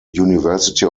university